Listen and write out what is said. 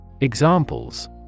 Examples